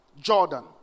Jordan